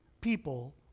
people